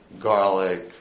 garlic